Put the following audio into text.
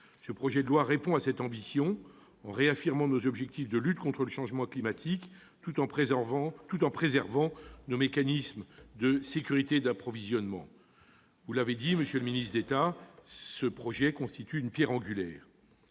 Le projet de loi répond à cette ambition en réaffirmant nous objectifs de lutte contre le changement climatique tout en préservant nos mécanismes de sécurité d'approvisionnement. Vous l'avez souligné, monsieur le ministre d'État, ce texte est une pierre angulaire.